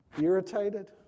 irritated